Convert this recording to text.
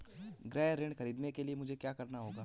गृह ऋण ख़रीदने के लिए मुझे क्या करना होगा?